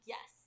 Yes